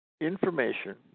information